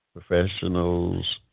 professionals